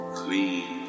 clean